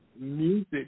Music